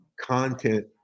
content